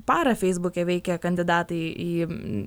parą feisbuke veikia kandidatai į